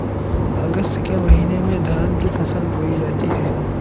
अगस्त के महीने में धान की फसल बोई जाती हैं